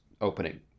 opening